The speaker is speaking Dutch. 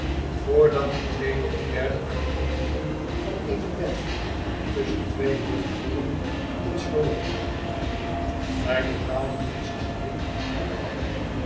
de tweede of derde aankondiging van eene wedvlucht tusschen twee luchtbollen ons verlokte wij betaalden onzen shilling aan hethek en